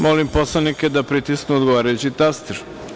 Molim poslanike da pritisnu odgovarajući taster.